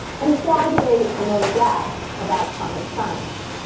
and why do they promote doubt about climate science?